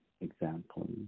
example